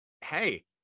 hey